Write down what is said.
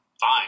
Fine